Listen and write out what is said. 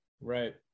Right